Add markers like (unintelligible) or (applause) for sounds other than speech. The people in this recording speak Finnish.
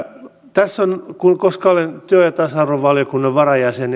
tässä on koska olen työ ja tasa arvovaliokunnan varajäsen (unintelligible)